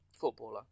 footballer